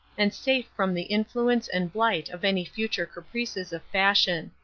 and safe from the influence and blight of any future caprices of fashion.